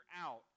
out